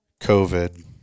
COVID